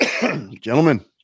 gentlemen